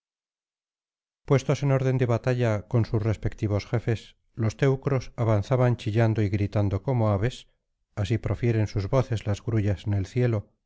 puestos engorden de batalla con sus respectivos jefes los teucros avanzaban chillando y gritando como aves así profieren sus voces las grullas en el cielo